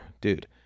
dude